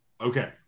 Okay